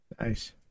Nice